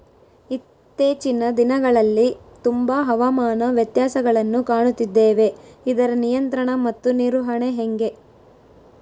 ಇತ್ತೇಚಿನ ದಿನಗಳಲ್ಲಿ ತುಂಬಾ ಹವಾಮಾನ ವ್ಯತ್ಯಾಸಗಳನ್ನು ಕಾಣುತ್ತಿದ್ದೇವೆ ಇದರ ನಿಯಂತ್ರಣ ಮತ್ತು ನಿರ್ವಹಣೆ ಹೆಂಗೆ?